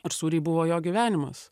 ar sūriai buvo jo gyvenimas